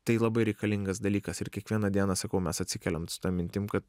tai labai reikalingas dalykas ir kiekvieną dieną sakau mes atsikeliam su ta mintim kad